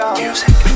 music